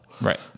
Right